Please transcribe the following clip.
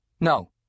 No